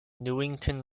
newington